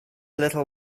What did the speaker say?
little